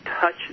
touch